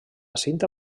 cinta